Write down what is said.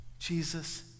Jesus